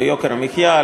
ביוקר המחיה,